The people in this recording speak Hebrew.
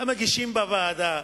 למגישים בוועדה,